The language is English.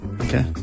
okay